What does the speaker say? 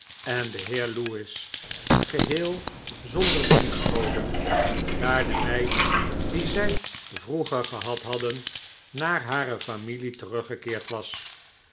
en den heer lewis geheel zonder dienstboden daar de meid die zij vroeger gehad hadden naarhare familie teruggekeerd was